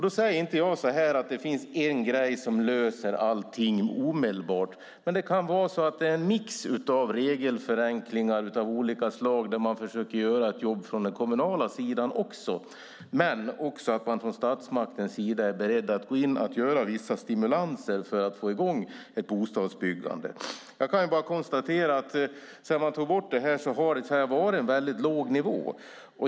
Då säger jag inte att det finns en grej som löser allting omedelbart, men det kan vara en mix av regelförenklingar av olika slag från den kommunala sidan och att man från statsmaktens sida är beredd att ge vissa stimulanser för att få i gång ett bostadsbyggande. Jag kan konstatera att sedan man tog bort det här har det varit på en väldigt låg nivå.